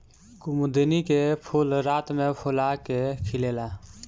कुमुदिनी के फूल रात में फूला के खिलेला